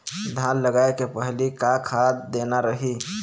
धान लगाय के पहली का खाद देना रही?